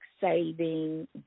saving